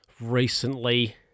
recently